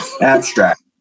Abstract